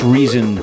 Reason